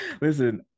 listen